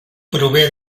prové